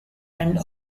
end